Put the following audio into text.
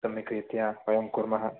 सम्यक् रीत्या वयं कुर्मः